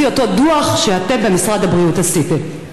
לפי אותו דוח שאתם במשרד הבריאות עשיתם?